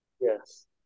Yes